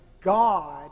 God